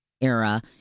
era